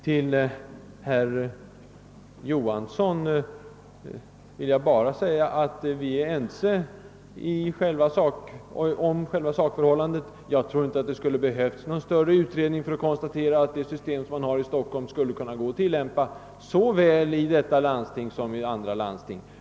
Till herr Johansson i Trollhättan vill jag bara säga att vi är ense om själva sakförhållandet. Jag tror inte att det skulle ha behövts någon större utredning för att konstatera, att det system som man har i Stockholm skulle kunna tillämpas såväl i Stockholms läns landsting som i andra landsting.